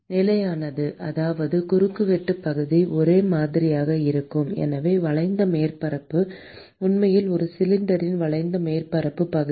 நிலையானது அதாவது குறுக்குவெட்டுப் பகுதி ஒரே மாதிரியாக இருக்கும் எனவே வளைந்த மேற்பரப்பு உண்மையில் ஒரு சிலிண்டரின் வளைந்த மேற்பரப்புப் பகுதி